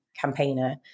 Campaigner